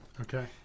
Okay